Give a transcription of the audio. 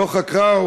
לא חקרה,